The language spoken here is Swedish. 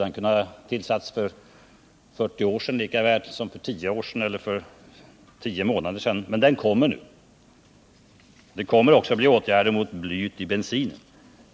Den hade kunnat tillsättas för 40 år sedan lika väl som för 10 år eller 10 månader sedan. Men den kommer nu. Det kommer också att bli åtgärder mot blyet i bensinen.